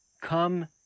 Come